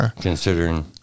Considering